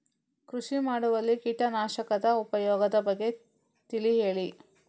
ಕೃಷಿ ಮಾಡುವಲ್ಲಿ ಕೀಟನಾಶಕದ ಉಪಯೋಗದ ಬಗ್ಗೆ ತಿಳಿ ಹೇಳಿ